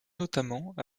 notamment